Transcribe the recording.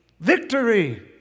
Victory